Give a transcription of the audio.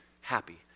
happy